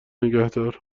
نگهدار